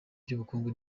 bukungu